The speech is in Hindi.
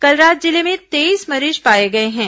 कल रात जिले में तेईस मरीज पाए गए थे